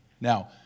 Now